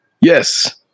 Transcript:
Yes